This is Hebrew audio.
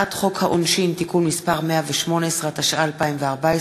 הצעת חוק העונשין (תיקון מס' 118), התשע"ה 2014,